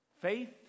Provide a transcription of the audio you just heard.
faith